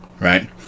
right